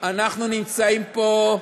דת האסלאם היא מבריאת העולם, אנחנו נמצאים פה,